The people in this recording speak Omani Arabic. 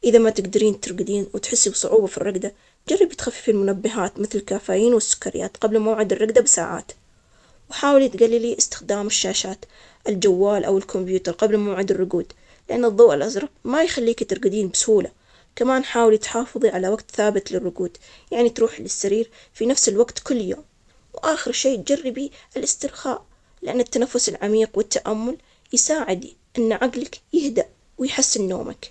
إذا ما تقدرين ترقدين وتحسي بصعوبة في الرقدة، جربي تخففي المنبهات مثل الكافيين والسكريات قبل موعد الرقدة بساعات، وحاولي تقللي إستخدام الشاشات الجوال أو الكمبيوتر قبل موعد الرجود، لأن الضوء الأزرق ما يخليكي ترقدين بسهولة، كمان حاولي تحافظي على وقت ثابت للركود، يعني تروح للسرير في نفس الوقت كل يوم، وآخر شي جربى الاسترخاء، لأن التنفس العميق والتأمل يساعد أن عقلك يهدأ ويحسن نومك.